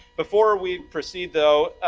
before we proceed, though,